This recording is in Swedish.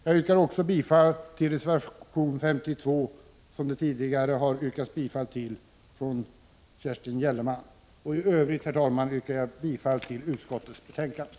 Jag yrkar också bifall till reservation 52, som Kerstin Gellerman tidigare i dag har yrkat bifall till. I övrigt, herr talman, yrkar jag bifall till utskottets hemställan.